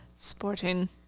Sporting